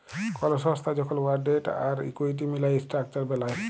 call সংস্থা যখল উয়ার ডেট আর ইকুইটি মিলায় ইসট্রাকচার বেলায়